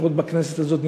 לפחות בכנסת הזאת,